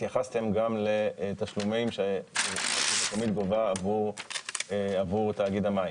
התייחסתם גם לתשלומים שהרשות המקומית גובה עבור תאגיד המים.